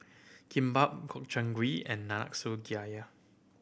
Kimbap Gobchang Gui and Nanakusa